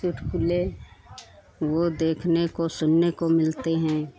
चुटकुले वह देखने को सुनने को मिलते हैं